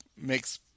makes